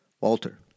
Walter